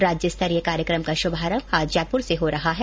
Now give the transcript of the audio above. राज्य स्तरीय कार्यक्रम का श्भारंभ आज जयपुर से हो रहा है